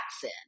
sin